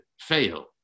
fail